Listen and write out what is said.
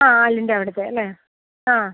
ആ ആലിൻ്റെ അവിടുത്തെ അല്ലേ ആ